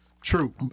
True